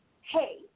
Hey